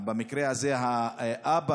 במקרה הזה האבא,